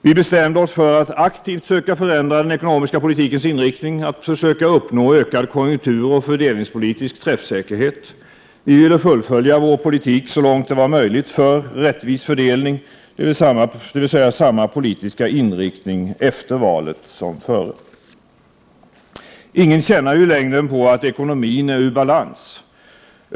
Vi bestämde oss för att aktivt söka förändra den ekonomiska politikens inriktning, att försöka uppnå ökad konjunkturoch fördelningspolitisk träffsäkerhet. Vi ville fullfölja vår politik så långt det var möjligt för rättvis fördelning, dvs. samma politiska inriktning efter valet som före. Ingen tjänar ju i längden på att ekonomin är ur balans.